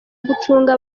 gucunga